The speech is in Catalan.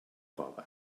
cove